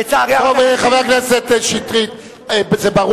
אדוני, לא יכולים.